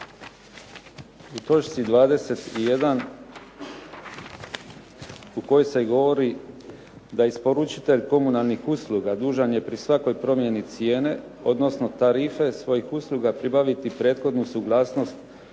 U točci 21. u kojoj se govori da isporučitelj komunalnih usluga dužan je pri svakoj promjeni cijene, odnosno tarife svojih usluga pribaviti prethodnu suglasnost